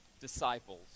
disciples